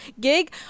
gig